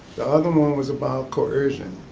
the other one was about coercion.